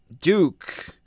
Duke